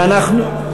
ואנחנו,